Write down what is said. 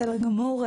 בסדר גמור,